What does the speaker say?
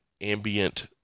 ambient